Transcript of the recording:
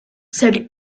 said